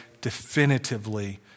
definitively